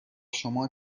شما